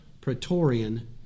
Praetorian